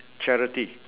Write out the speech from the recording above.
charity